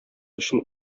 өчен